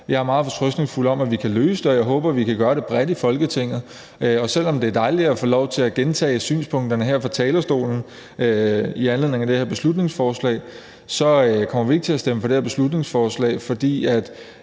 Jeg er meget fortrøstningsfuld, med hensyn til at vi kan løse det, og jeg håber, vi kan gøre det bredt i Folketinget. Og selv om det er dejligt at få lov til at gentage synspunkterne her fra talerstolen i anledning af det her beslutningsforslag, kommer vi ikke til at stemme for beslutningsforslaget, fordi det